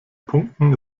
punkten